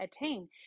attain